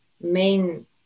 main